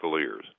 ears